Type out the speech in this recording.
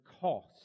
cost